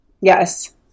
Yes